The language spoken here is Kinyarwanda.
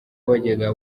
wajyaga